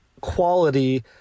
quality